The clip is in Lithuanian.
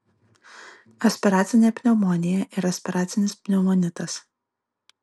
aspiracinė pneumonija ir aspiracinis pneumonitas